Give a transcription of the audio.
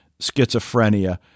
schizophrenia